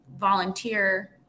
volunteer